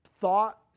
thought